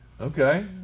Okay